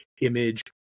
Image